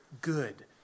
good